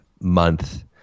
month